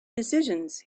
decisions